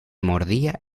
mordía